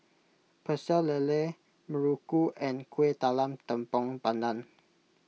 Pecel Lele Muruku and Kuih Talam Tepong Pandan